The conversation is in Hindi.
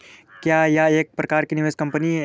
क्या यह एक प्रकार की निवेश कंपनी है?